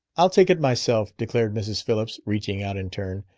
i'll take it myself, declared mrs. phillips, reaching out in turn.